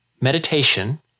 Meditation